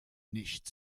nicht